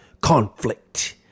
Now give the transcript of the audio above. conflict